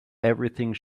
everything